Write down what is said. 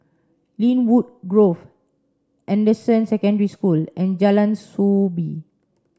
Lynwood Grove Anderson Secondary School and Jalan Soo Bee